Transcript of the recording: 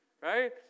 right